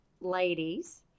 ladies